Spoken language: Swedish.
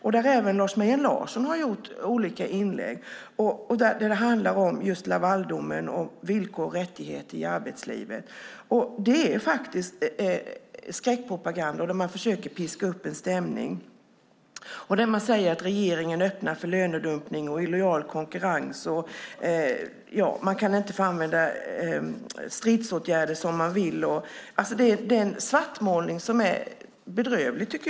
Där har även Lars Mejern Larsson gjort olika inlägg som handlar om Lavaldomen och villkor och rättigheter i arbetslivet. Det är faktiskt skräckpropaganda där man försöker att piska upp en stämning. Det sägs att regeringen öppnar för lönedumpning och illojal konkurrens och att man inte kan få använda stridsåtgärder som man vill. Det är en svartmålning som är bedrövlig.